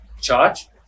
charge